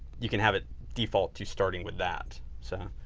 you can have it default to starting with that. so